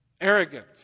Arrogant